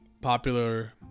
popular